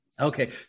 Okay